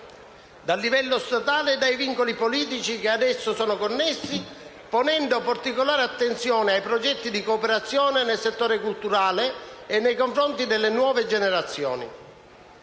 dal livello statale e dai vincoli politici ad esso connessi, ponendo particolare attenzione ai progetti di cooperazione nel settore culturale e nei confronti delle nuove generazioni;